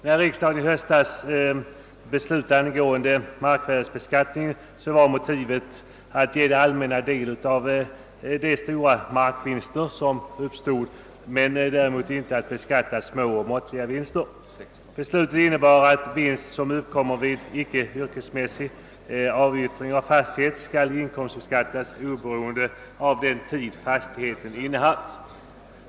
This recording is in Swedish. När riksdagen i höstas fattade beslut angående markvärdebeskattningen var motivet att ge det allmänna del av de stora markvinsterna men däremot inte att beskatta små, måttliga vinster. Beslutet innebar att vinst som uppkommer vid icke yrkesmässig avyttring av fastighet skall inkomstbeskattas oberoende av den tid fastigheten innehafts.